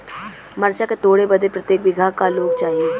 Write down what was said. मरचा के तोड़ बदे प्रत्येक बिगहा क लोग चाहिए?